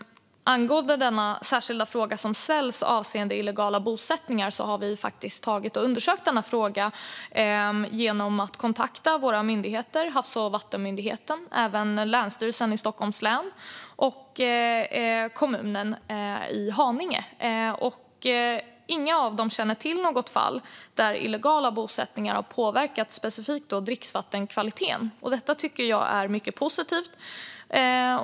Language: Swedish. Vi har undersökt frågan om illegala bosättningar genom att kontakta våra myndigheter - Havs och vattenmyndigheten och Länsstyrelsen i Stockholms län - och kommunen i Haninge. Inga av dem känner till något fall där illegala bosättningar specifikt har påverkat dricksvattenkvaliteten. Detta tycker jag är mycket positivt.